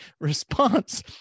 response